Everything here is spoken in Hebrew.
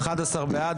11 בעד.